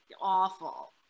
awful